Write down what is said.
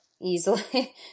easily